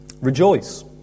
Rejoice